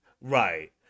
Right